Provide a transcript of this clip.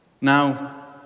Now